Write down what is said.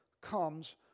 comes